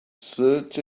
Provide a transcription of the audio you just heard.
search